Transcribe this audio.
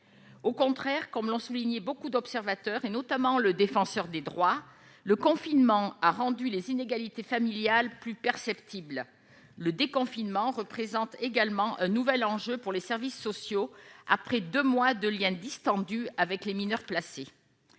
au contraire, comme l'ont souligné, beaucoup d'observateurs, et notamment le défenseur des droits : le confinement a rendu les inégalités familial plus perceptible le déconfinement représente également un nouvel enjeu pour les services sociaux, après 2 mois de Liens distendus avec les mineurs placés